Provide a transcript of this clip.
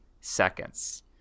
seconds